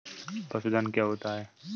पशुधन क्या होता है?